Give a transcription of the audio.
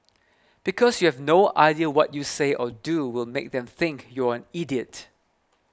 because you have no idea what you say or do will make them think you're an idiot